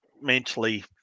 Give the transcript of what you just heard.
mentally